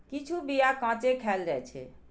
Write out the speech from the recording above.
किछु बीया कांचे खाएल जाइ छै